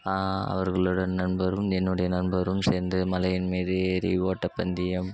அவர்களோடய நண்பரும் என்னுடைய நண்பரும் சேர்ந்து மலையின் மீது ஏறி ஓட்டப்பந்தயம்